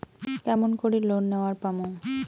কেমন করি লোন নেওয়ার পামু?